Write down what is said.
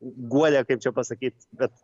guodė kaip čia pasakyt bet